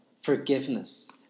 forgiveness